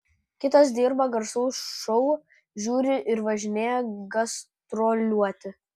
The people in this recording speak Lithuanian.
kitas dirba garsaus šou žiuri ir važinėja gastroliuoti